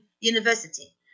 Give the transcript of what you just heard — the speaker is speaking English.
University